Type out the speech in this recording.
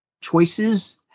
choices